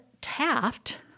Taft